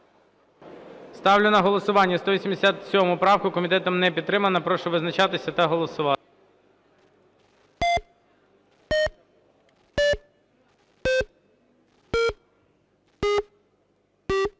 Ставлю на голосування 187 правку. Комітетом не підтримана. Прошу визначатися та голосувати.